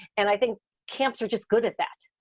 and i think camps are just good at that.